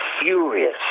furious